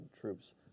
troops